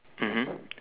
mmhmm